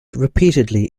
repeatedly